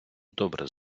добре